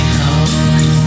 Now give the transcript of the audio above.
home